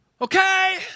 okay